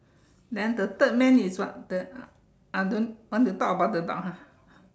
then the third man is what the I don't want to talk about the dog ha